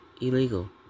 illegal